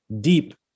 deep